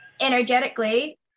energetically